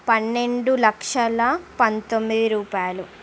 పన్నెండు లక్షల పంతొమ్మిది రూపాయలు